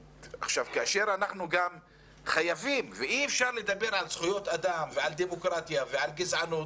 אי אפשר לדבר על זכויות אדם ועל דמוקרטיה ועל גזענות